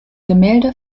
gemälde